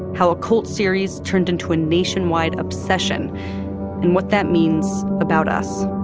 how a cult series turned into a nationwide obsession and what that means about us